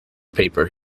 paper